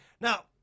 now